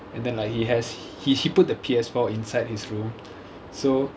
and then like he has he he put the P_S four inside his room so